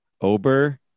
Ober